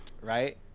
right